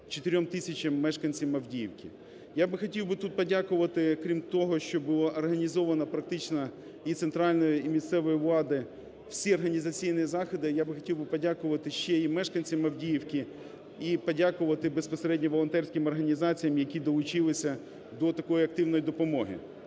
4 тисячам мешканцям Авдіївки. Я би хотів тут подякувати, крім того, що було організовано практично і центральною і місцевою владою всі організаційні заходи, я би хотів подякувати ще і мешканцям Авдіївки, і подякувати безпосередньо волонтерським організаціям, які долучилися до такої активної допомоги.